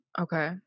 Okay